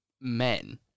men